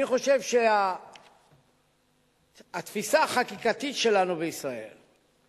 אני חושב שהתפיסה החקיקתית שלנו בישראל היא